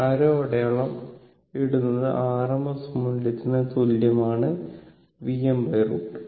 ആരോ അടയാളം v → ഇടുന്നത് rms മൂല്യത്തിന് തുല്യമാണ് Vm√ 2